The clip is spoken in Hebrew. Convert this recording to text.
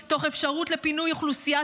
תוך אפשרות לפינוי אוכלוסיית אויב,